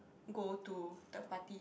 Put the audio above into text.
go to the party